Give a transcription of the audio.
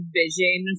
vision